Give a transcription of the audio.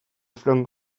flung